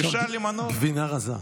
אפשר למנות, גבינה רזה.